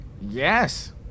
Yes